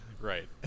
right